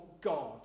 god